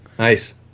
Nice